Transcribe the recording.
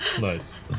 nice